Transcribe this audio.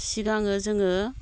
सिगाङो जोङो